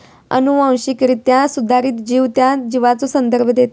अनुवांशिकरित्या सुधारित जीव त्या जीवाचो संदर्भ देता